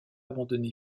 abandonné